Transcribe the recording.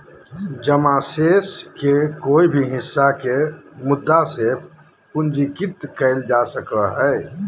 जमा शेष के कोय भी हिस्सा के मुद्दा से पूंजीकृत कइल जा सको हइ